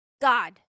god